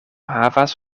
havas